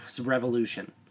revolution